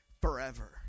forever